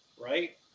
right